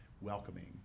welcoming